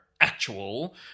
actual